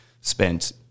spent